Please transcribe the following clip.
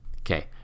Okay